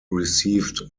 received